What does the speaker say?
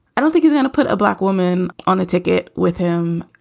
i don't think you can put a black woman on the ticket with him.